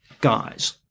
guys